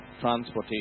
transportation